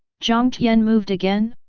jiang tian moved again?